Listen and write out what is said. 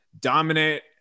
dominant